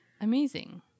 Amazing